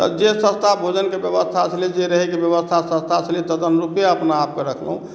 तऽ जे सस्ता भोजनक व्यवस्था छलै जे रहैक व्यवस्था सस्ता छलै तदअनुरूपे अपना आपके रखलहुँ